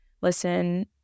listen